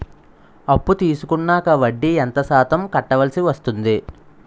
అప్పు తీసుకున్నాక వడ్డీ ఎంత శాతం కట్టవల్సి వస్తుంది?